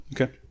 Okay